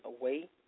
away